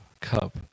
cup